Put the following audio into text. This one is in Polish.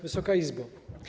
Wysoka Izbo!